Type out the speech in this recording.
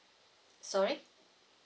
sorry